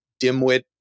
dimwit